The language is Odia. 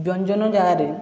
ବ୍ୟଞ୍ଜନ ଜାଗାରେ